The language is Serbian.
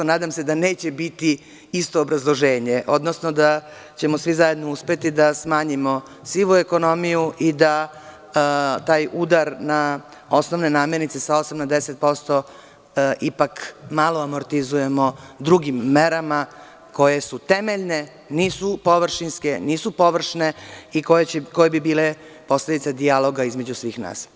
Nadam se da neće biti isto obrazloženje, odnosno da ćemo svi zajedno uspeti da smanjimo sivu ekonomiju i da taj udar na osnovne namirnice sa 8 na 10% ipak malo amortizujemo drugim merama koje su temeljne, nisu površinske i koje bi bile posledica dijaloga između svih nas.